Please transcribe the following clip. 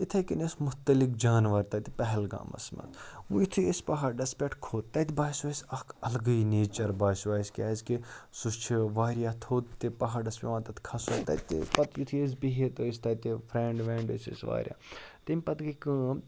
یِتھَے کَنۍ ٲس مُختلف جانوَر تَتہِ پہلگامَس منٛز وۄنۍ یُتھُے أسۍ پہاڑَس پٮ۪ٹھ کھوٚت تَتہِ باسیو اَسہِ اَکھ اَلگٕے نیچَر باسیو اَسہِ کیٛازکہِ سُہ چھُ واریاہ تھوٚد تہِ پہاڑَس پٮ۪وان تَتھ کھسُن تَتہِ پَتہٕ یُتھُے أسۍ بِہِتھ ٲسۍ تَتہِ فرٛٮ۪نٛڈ ورٛٮ۪نٛڈ أسۍ ٲسۍ واریاہ تَمہِ پَتہٕ گٔے کٲم